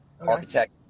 architect